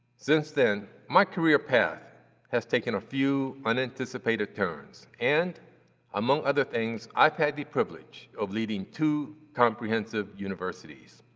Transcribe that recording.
since then my career path has taken a few unanticipated turns, and among other things i've had the privilege of leading two comprehensive universities.